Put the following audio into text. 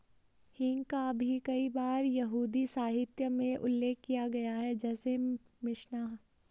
हींग का भी कई बार यहूदी साहित्य में उल्लेख किया गया है, जैसे मिशनाह